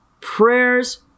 Prayers